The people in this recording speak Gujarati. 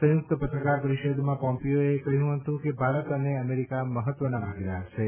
સંયુક્ત પત્રકાર પરિષદમાં પોમ્પીયોએ કહ્યું કે ભારત અને અમેરિકા મહત્વના ભાગીદાર છે